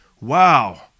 wow